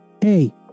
hey